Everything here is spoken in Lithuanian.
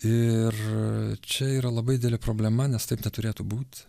ir čia yra labai didelė problema nes taip neturėtų būt